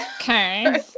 Okay